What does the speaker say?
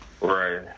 Right